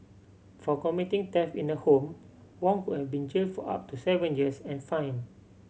for committing theft in a home Wong could have been jailed for up to seven years and fined